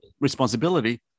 responsibility